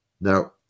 Now